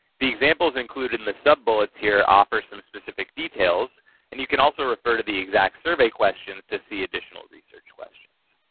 the examples included in the sub-bullets here, offers some specific details and you can also refer to the exact survey questions to see additional research questions.